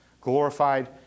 Glorified